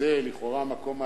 שזה לכאורה המקום האטרקטיבי,